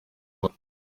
abaha